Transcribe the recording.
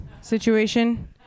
situation